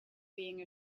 being